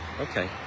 Okay